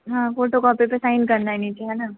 हाँ फ़ोटोकॉपी पे साइन करना है नीचे है ना